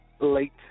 Late